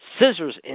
scissors